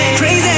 crazy